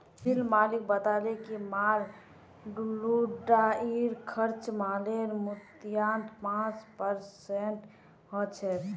मिल मालिक बताले कि माल ढुलाईर खर्चा मालेर मूल्यत पाँच परसेंट ह छेक